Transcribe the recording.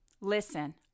Listen